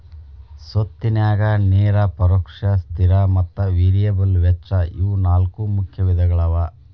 ಸ್ವತ್ತಿನ್ಯಾಗ ನೇರ ಪರೋಕ್ಷ ಸ್ಥಿರ ಮತ್ತ ವೇರಿಯಬಲ್ ವೆಚ್ಚ ಇವು ನಾಲ್ಕು ಮುಖ್ಯ ವಿಧಗಳವ